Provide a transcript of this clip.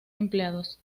empleados